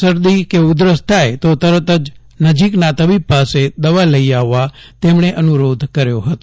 શરદી કે ઉધરસ થાય તો તરત નજીકના તબીબ પાસે દવા લઇ લેવા તેમણે અનુ રોધ કર્યો હતો